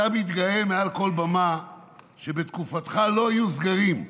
אתה מתגאה מעל כל במה שבתקופתך לא היו סגרים,